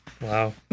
Wow